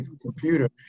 computer